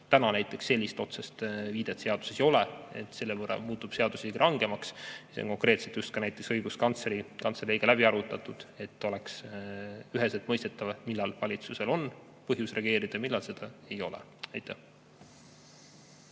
Praegu sellist otsest viidet seaduses ei ole, nii et selle võrra muutub seadus isegi rangemaks. Konkreetselt sai just ka näiteks Õiguskantsleri Kantseleiga läbi arutatud, et oleks üheselt mõistetav, millal valitsusel on põhjus reageerida ja millal seda ei ole. Hea